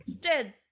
dead